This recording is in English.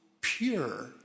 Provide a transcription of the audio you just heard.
pure